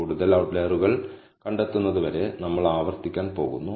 കൂടുതൽ ഔട്ട്ലറുകൾ കണ്ടെത്തുന്നതുവരെ നമ്മൾ ആവർത്തിക്കാൻ പോകുന്നു